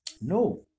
No